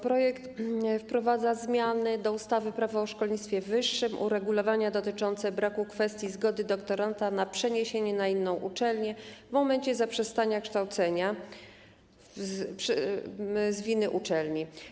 Projekt wprowadza zmiany do ustawy - Prawo o szkolnictwie wyższym, uregulowania dotyczące braku zgody doktoranta na przeniesienie na inną uczelnię w momencie zaprzestania kształcenia z winy uczelni.